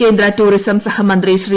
കേന്ദ്ര ടൂറിസം സഹമന്ത്രി ശ്രീ